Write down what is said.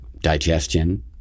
digestion